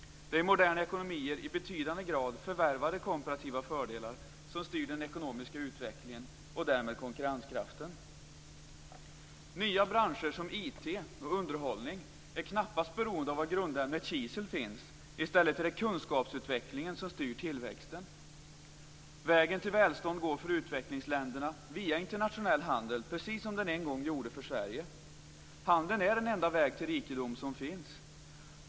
Det är i moderna ekonomier i betydande grad förvärvade komparativa fördelar som styr den ekonomiska utvecklingen och därmed konkurrenskraften. Nya branscher, som IT och underhållning, är knappast beroende av var grundämnet kisel finns. I stället är det kunskapsutvecklingen som styr tillväxten. Vägen till välstånd går för utvecklingsländerna via internationell handel, precis som den en gång gjorde för Sverige. Handeln är den enda väg till rikedom som finns.